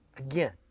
Again